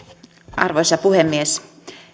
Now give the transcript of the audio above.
arvoisa puhemies